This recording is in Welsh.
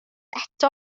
eto